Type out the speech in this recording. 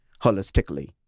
holistically